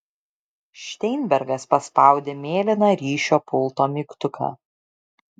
šteinbergas paspaudė mėlyną ryšio pulto mygtuką